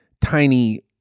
tiny